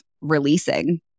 releasing